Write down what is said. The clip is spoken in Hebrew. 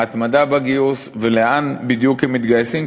ההתמדה בגיוס ולאן בדיוק הם מתגייסים,